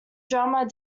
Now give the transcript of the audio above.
drummer